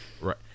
Right